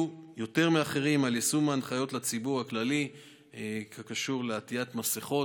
יותר מאחרים על יישום ההנחיות לציבור הכללי בקשר לעטיית מסכות,